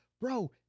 bro